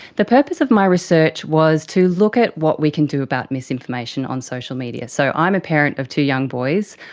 the purpose of my research was to look at what we can do about misinformation on social media. so i'm a parent of two young boys,